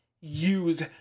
use